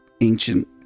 ancient